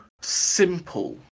simple